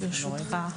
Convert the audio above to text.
בבקשה.